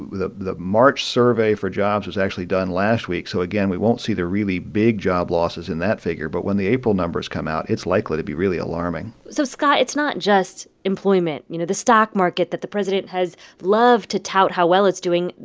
the the march survey for jobs was actually done last week, so, again, we won't see the really big job losses in that figure. but when the april numbers come out, it's likely to be really alarming so, scott, it's not just employment. you know, the stock market that the president has loved to tout how well it's doing,